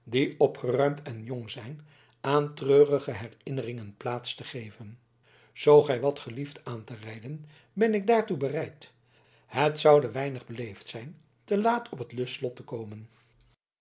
opgeruimd en jong zijn aan treurige herinneringen plaats te geven zoo gij wat gelieft aan te rijden ben ik daartoe bereid het zoude weinig beleefd zijn te laat op het lustslot te komen